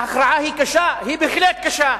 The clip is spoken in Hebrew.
ההכרעה היא קשה, היא בהחלט קשה,